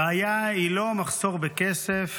הבעיה היא לא המחסור בכסף,